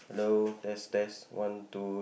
hello test test one two